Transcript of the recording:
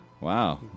Wow